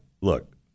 look